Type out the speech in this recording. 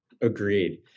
Agreed